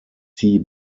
tea